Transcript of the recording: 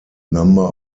number